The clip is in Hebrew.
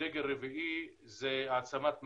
ודגל רביעי זה העצמת מנהיגות.